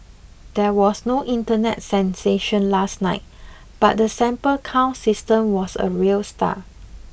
there was no internet sensation last night but the sample count system was a real star